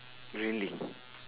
really